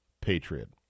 Patriot